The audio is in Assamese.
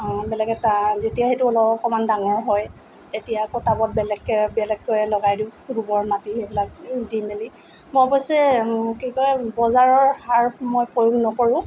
অঁ বেলেগ এটা যেতিয়া সেইটো অকণমান ডাঙৰ হয় তেতিয়া আকৌ টাবত বেলেগকৈ বেলেগকৈ লগাই দিওঁ গোবৰ মাটি সেইবিলাক দি মেলি মই অৱশ্যে কি কয় বজাৰৰ সাৰ মই প্ৰয়োগ নকৰোঁ